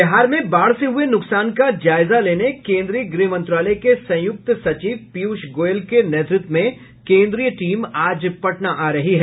बिहार में बाढ़ से हुये नुकसान का जायजा लेने केन्द्रीय गृह मंत्रालय के संयुक्त सचिव पीयूष गोयल के नेतृत्व में केन्द्रीय टीम आज पटना आ रही है